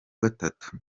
gatatu